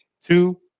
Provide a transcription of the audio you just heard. two